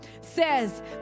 says